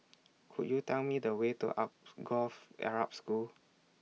Could YOU Tell Me The Way to Alsagoff Arab School